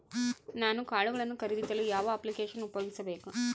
ನಾನು ಕಾಳುಗಳನ್ನು ಖರೇದಿಸಲು ಯಾವ ಅಪ್ಲಿಕೇಶನ್ ಉಪಯೋಗಿಸಬೇಕು?